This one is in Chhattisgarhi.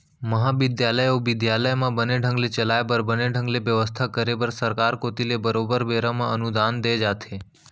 महाबिद्यालय अउ बिद्यालय ल बने ढंग ले चलाय बर बने ढंग ले बेवस्था करे बर सरकार कोती ले बरोबर बेरा बेरा म अनुदान दे जाथे